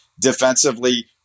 defensively